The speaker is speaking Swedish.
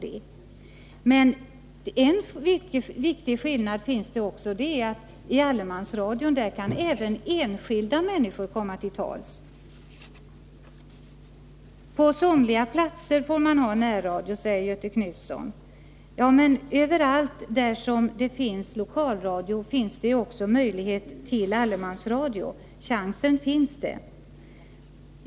En viktig skillnad är också att i allemansradion kan även enskilda människor komma till tals. På somliga platser får man ha närradio, säger Göthe Knutson. Överallt där det finns lokalradio finns det också möjlighet till allemansradion. Chansen finns.